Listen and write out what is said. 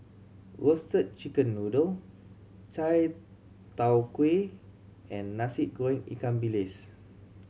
Roasted Chicken Noodle chai tow kway and Nasi Goreng ikan bilis